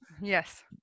yes